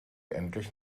endlich